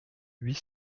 huit